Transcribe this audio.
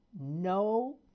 No